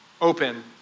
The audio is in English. open